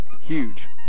Huge